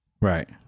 Right